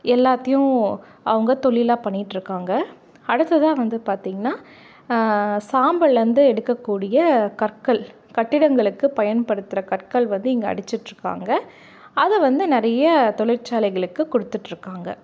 எல்லாத்தையும் அவங்க தொழிலா பண்ணிக்கிட்டிருக்காங்க அடுத்ததாக வந்து பார்த்தீங்கன்னா சாம்பல்லேருந்து எடுக்கக்கூடிய கற்கள் கட்டிடங்களுக்கு பயன்படுத்துகிற கற்கள் வந்து இங்கே அடிச்சுட்ருக்காங்க அதை வந்து நிறைய தொழிற்சாலைகளுக்கு கொடுத்துட்ருக்காங்க